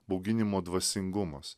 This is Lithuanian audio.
bauginimo dvasingumas